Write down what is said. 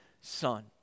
Son